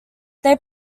they